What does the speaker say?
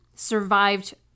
survived